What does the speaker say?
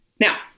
Now